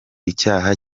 icyaha